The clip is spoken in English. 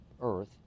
earth